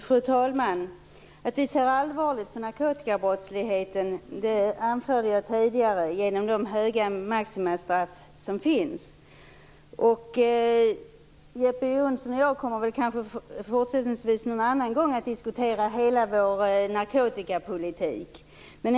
Fru talman! Att vi ser allvarligt på narkotikabrottsligheten anförde jag tidigare, och det visar vi genom de höga maximistraffen. Jeppe Johnsson och jag kommer kanske någon annan gång att diskutera hela vår narkotikapolitik.